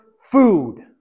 food